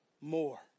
more